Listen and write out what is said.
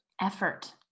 Effort